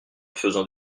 faisant